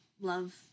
love